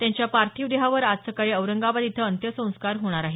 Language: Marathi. त्यांच्या पार्थिव देहावर आज सकाळी औरंगाबाद इथं अंत्यसंस्कार होणार आहेत